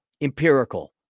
Empirical